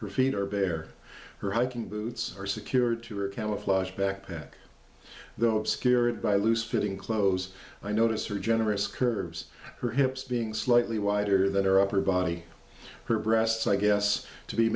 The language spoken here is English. her feet are bare her hiking boots are secured to her camouflage backpack though obscured by loose fitting clothes i noticed her generous curves her hips being slightly wider than her upper body her breasts i guess to be